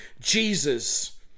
Jesus